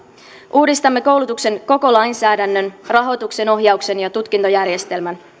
uudistamme koulutuksen koko lainsäädännön rahoituksen ohjauksen ja tutkintojärjestelmän